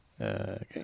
Okay